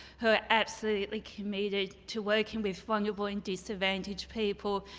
who are absolutely committed to working with vulnerable and disadvantaged people,